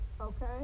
okay